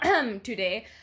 today